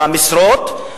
במשרות,